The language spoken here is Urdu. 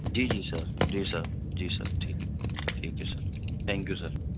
جی جی سر جی سر جی سر ٹھیک ہے ٹھیک ہے سر تھینک یو سر